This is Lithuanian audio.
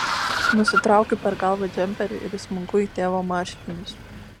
nusitraukiu per galvą džemperį ir įsmunku į tėvo marškinius